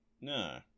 No